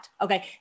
Okay